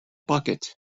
bucket